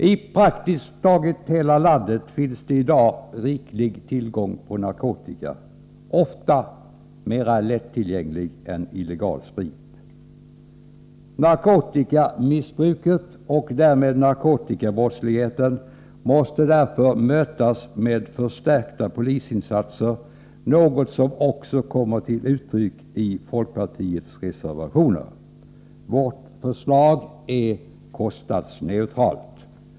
I praktiskt taget hela landet finns i dag riklig tillgång på narkotika, ofta mer lättillgänglig än illegal sprit. Narkotikamissbruket och därmed narkotikabrottsligheten måste därför mötas med förstärkta polisinsatser, något som också kommer till uttryck i folkpartiets reservationer. Vårt förslag är kostnadsneutralt.